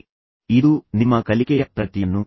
ನಿಯೋಜನೆಗಳು ಮತ್ತು ನೀಡಲಾಗುವ ಅಂತಿಮ ಪರೀಕ್ಷೆಗಳನ್ನು ಬರೆಯಿರಿ